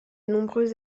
nombreux